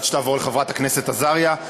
עד שתעבור לחברת הכנסת עזריה.